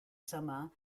summer